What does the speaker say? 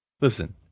listen